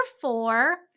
four